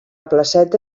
placeta